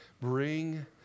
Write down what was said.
bring